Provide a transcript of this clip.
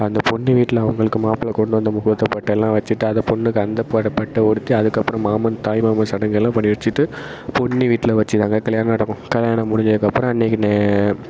அந்தப் பொண்ணு வீட்டில அவங்களுக்கு மாப்பிளை கொண்டு வந்த முகூர்த்தப் பட்டெல்லாம் வச்சிட்டு அதை பொண்ணுக்கு அந்த ப பட்டை உடுத்தி அதுக்கப்புறம் மாமன் தாய்மாமன் சடங்குகள்லாம் பண்ணி வச்சிட்டு பொண்ணு வீட்டில வச்சிதாங்க கல்யாணம் நடக்கும் கல்யாணம் முடிஞ்சதுக்கு அப்புறம் நீங்கள் நே